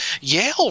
Yale